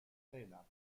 trainer